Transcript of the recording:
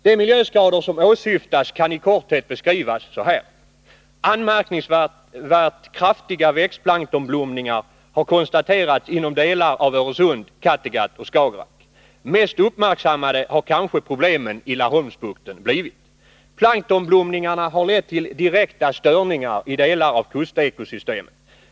De miljöskador som åsyftas kan i korthet beskrivas så här: Anmärkningsvärt kraftiga växtplanktonblomningar har konstaterats inom delar av Öresund, Kattegatt och Skagerack. Mest uppmärksammade har kanske problemen i Laholmsbukten blivit. Planktonblomningarna har lett till direkta störningar i delar av kustekosystemet.